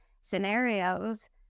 scenarios